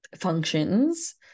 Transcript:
functions